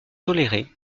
tolérée